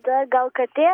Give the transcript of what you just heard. tai tada gal katė